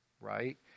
right